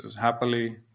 happily